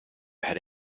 had